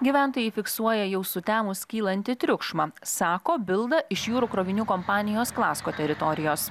gyventojai fiksuoja jau sutemus kylantį triukšmą sako bilda iš jūrų krovinių kompanijos klasco teritorijos